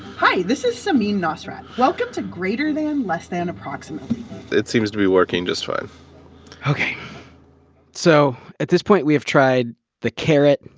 hi, this is samin nosrat. welcome to greater than, less than, approximately it seems to be working just fine okay so at this point we have tried the carrot,